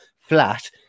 flat